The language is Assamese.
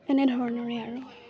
এনেধৰণৰে আৰু